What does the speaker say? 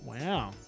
Wow